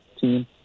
team